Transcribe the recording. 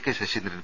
K Saseendran